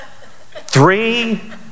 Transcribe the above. Three